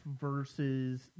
versus